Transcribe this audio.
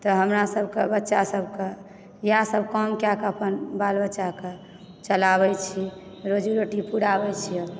तऽ हमरा सभके बच्चा सभक इएहसभ काम कयकऽ अपन बाल बच्चाके चलाबैत छी रोजी रोटी पुराबैत छी